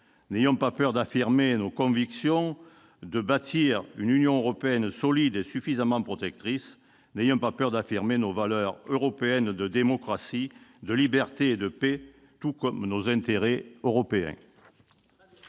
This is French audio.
N'ayons pas peur d'affirmer nos convictions, de bâtir une Union européenne solide et suffisamment protectrice. N'ayons pas peur d'affirmer nos valeurs européennes de démocratie, de liberté et de paix, tout comme nos intérêts européens